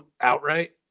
outright